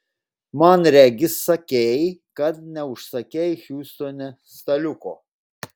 man regis sakei kad neužsakei hjustone staliuko